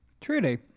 truly